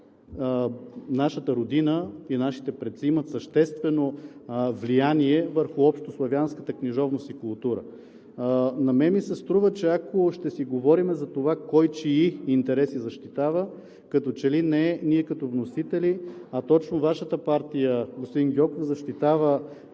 нашата Родина и нашите предци имат съществено влияние върху общославянската книжовност и култура? На мен ми се струва, че ако ще си говорим за това кой чии интереси защитава, като че ли не ние като вносители, а точно Вашата партия, господин Гьоков, защитава